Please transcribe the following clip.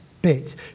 Bit